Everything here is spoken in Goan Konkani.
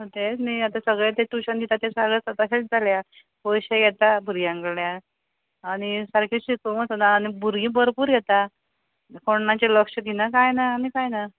तेंच न्हय आतां सगळे ते टुशन दिता ते सागळे तशेच जाल्या पयशे घेता भुरग्यांक कडल्यान आनी सारकें शिकोवंक वसना आनी भुरगीं भरपूर घेता कोण्णाचेर लक्ष दिना कांय ना आनी कांय ना